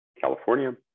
California